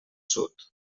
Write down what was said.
sud